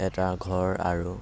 এটা ঘৰ আৰু